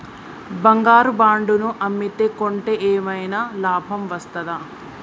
బంగారు బాండు ను అమ్మితే కొంటే ఏమైనా లాభం వస్తదా?